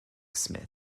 smith